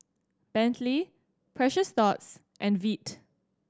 Bentley Precious Thots and Veet